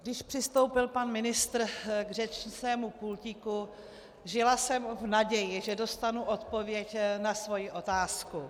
Když přistoupil pan ministr k svému pultíku, žila jsem v naději, že dostanu odpověď na svoji otázku.